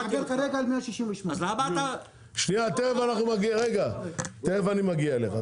אני מדבר כרגע על 168. תיכף אני מגיע אליך.